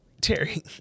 Terry